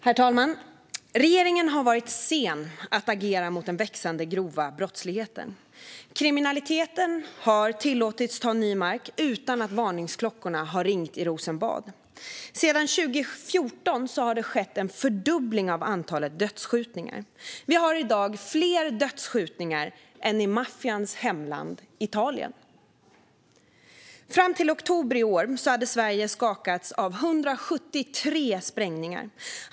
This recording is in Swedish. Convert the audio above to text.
Herr talman! Regeringen har varit sen att agera mot den växande grova brottsligheten. Kriminaliteten har tillåtits ta ny mark utan att varningsklockorna har ringt i Rosenbad. Sedan 2014 har det skett en fördubbling av antalet dödsskjutningar. Vi har i dag fler dödsskjutningar än i maffians hemland Italien. Fram till oktober i år hade Sverige skakats av 173 sprängningar.